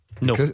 No